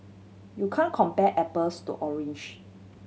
you can compare apples to orange